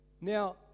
Now